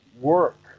work